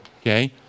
okay